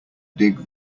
dig